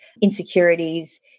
insecurities